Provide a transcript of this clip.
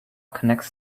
connects